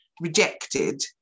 rejected